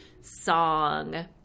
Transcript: song